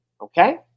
Okay